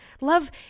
Love